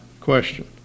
question